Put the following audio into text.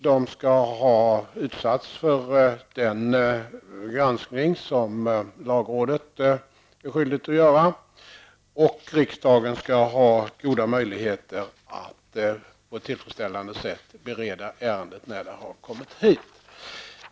De skall ha utsatts för den granskning som lagrådet är skyldigt att göra och riksdagen skall ha goda möjligheter att på ett tillfredsställande sätt bereda ärendet när det har kommit hit.